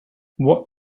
what